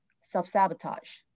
self-sabotage